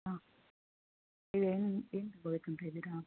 ಹಾಂ ನೀವೇನೂ ಏನು ತಗೊಬೇಕು ಅಂತ ಇದ್ದೀರಾ